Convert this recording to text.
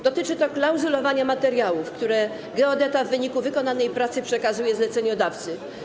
Dotyczy to klauzulowania materiałów, które geodeta w wyniku wykonanej pracy przekazuje zleceniodawcy.